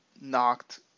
knocked